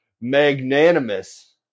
magnanimous